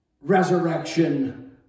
resurrection